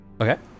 Okay